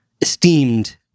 esteemed